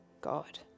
God